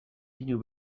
pinu